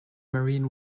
marine